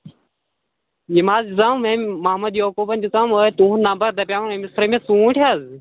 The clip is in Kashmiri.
یِم حظ دِژام أمۍ محمد یعقوٗبن دِژام أدۍ تُہُنٛد نمبر دپیٛون أمِس ترٛٲوے مےٚ ژوٗنٛٹھۍ حظ